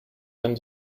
dein